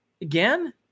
again